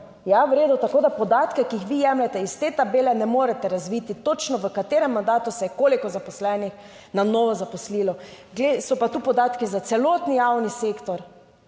Tako da podatke, ki jih vi jemljete iz te tabele, ne morete razviti točno v katerem mandatu se je koliko zaposlenih na novo zaposlilo. So pa tu podatki za celotni javni sektor,